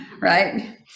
right